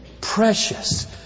precious